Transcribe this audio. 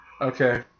Okay